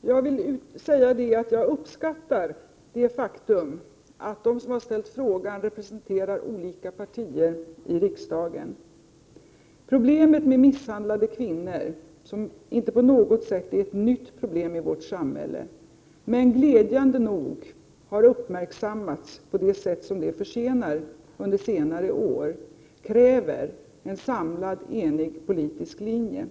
Jag vill säga att jag uppskattar det faktum att de som har ställt frågan representerar olika partier i riksdagen. Problemet med misshandlade kvinnor — som inte på något sätt är ett nytt problem i vårt samhälle men som glädjande nog har uppmärksammats på det sätt som det förtjänar under senare år — kräver en samlad, enig politisk linje.